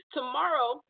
Tomorrow